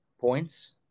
points